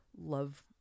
love